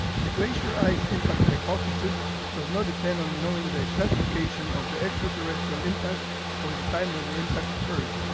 the glacier ice impact hypothesis does not depend on knowing the exact location of the extraterrestrial impact or the time when the impact occurred.